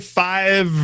five